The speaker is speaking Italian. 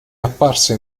apparsa